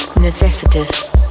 Necessitous